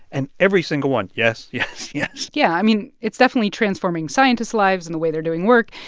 and every single one, yes, yes, yes yeah. i mean, it's definitely transforming scientists' lives and the way they're doing work.